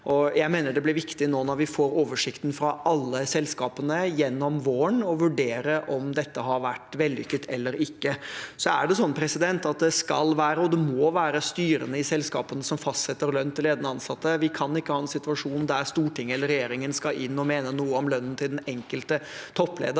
Jeg mener det blir viktig når vi nå får oversikten fra alle selskapene, gjennom våren å vurdere om dette har vært vellykket eller ikke. Så er det slik at det skal og må være styrene i selskapene som fastsetter lønn til ledende ansatte. Vi kan ikke ha en situasjon der Stortinget eller regjeringen skal inn og mene noe om lønnen til den enkelte topplederen.